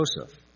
Joseph